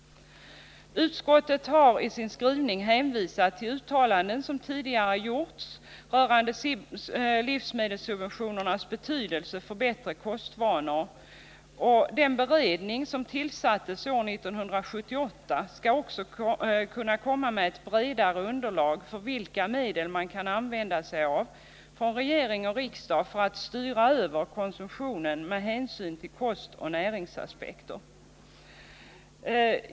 Utskottet har i sin skrivning hänvisat till uttalanden som tidigare gjorts rörande livsmedelssubventionernas betydelse för bättre kostvanor. Den beredning som tillsattes år 1978 skall också kunna komma med ett bredare underlag för vilka medel man kan använda sig av från regering och riksdag för att styra konsumtionen med hänsyn till kost och näringsaspekter.